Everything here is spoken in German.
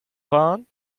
fahren